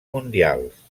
mundials